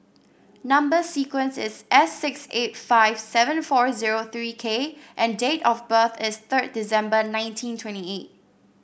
number sequence is S six eight five seven four zero three K and date of birth is third December nineteen twenty eight